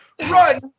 run